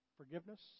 forgiveness